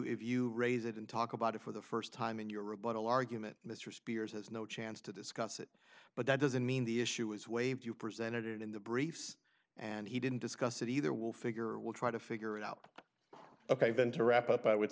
if you raise it and talk about it for the st time in your rebuttal argument mr spears has no chance to discuss it but that doesn't mean the issue is waived you presented it in the briefs and he didn't discuss it either will figure we'll try to figure it out ok then to wrap up i would